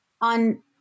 on